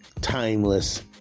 timeless